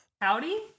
Howdy